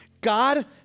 God